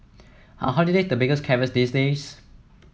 are holiday the biggest carrots these days